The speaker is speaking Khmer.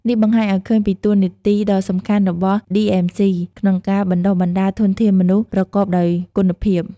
នេះបង្ហាញឱ្យឃើញពីតួនាទីដ៏សំខាន់របស់ ឌីអឹមស៊ី (DMC) ក្នុងការបណ្ដុះបណ្ដាលធនធានមនុស្សប្រកបដោយគុណភាព។